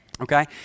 Okay